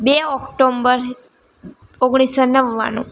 બે ઓક્ટોમ્બર ઓગણીસો નવ્વાણું